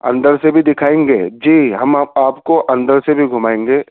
اندر سے بھی دکھائیں گے جی ہم آپ کو اندر سے بھی گھومائیں گے